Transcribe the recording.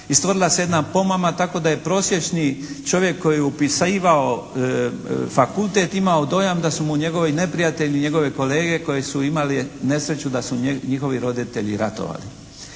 stvorila se jedna pomama tako da je prosječni čovjek koji je upisivao fakultet imao dojam da su mu njegovi neprijatelji njegove kolege koje su imali nesreću da su njihovi roditelji ratovali.